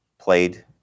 played